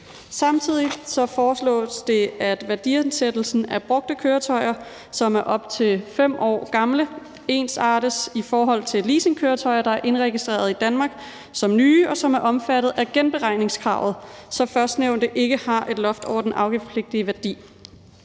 Samtidig foreslås det, at værdiansættelsen af brugte køretøjer, som er op til 5 år gamle, ensartes i forhold til leasingkøretøjer, der er indregistreret i Danmark som nye, og som er omfattet af genberegningskravet, så førstnævnte ikke har et loft over den afgiftspligtige værdi.